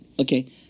Okay